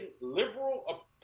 liberal